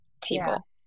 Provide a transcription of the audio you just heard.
table